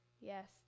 Yes